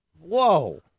Whoa